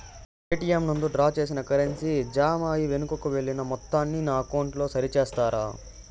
ATM నందు draw చేసిన currency జామ అయి వెనుకకు వెళ్లిన మొత్తాన్ని నా అకౌంట్ లో సరి చేస్తారా?